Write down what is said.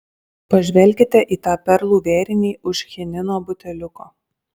pažvelkite į tą perlų vėrinį už chinino buteliuko